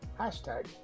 Hashtag